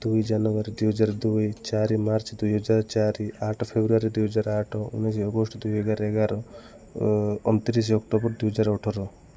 ଦୁଇ ଜାନୁଆରୀ ଦୁଇହଜାର ଦୁଇ ଚାରି ମାର୍ଚ୍ଚ ଦୁଇହଜାର ଚାରି ଆଠ ଫେବୃଆରୀ ଦୁଇହଜାର ଆଠ ଉଣେଇଶି ଅଗଷ୍ଟ ଦୁଇହଜାର ଏଗାର ଅଣତିରିଶି ଅକ୍ଟୋବର ଦୁଇହଜାର ଅଠର